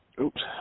Oops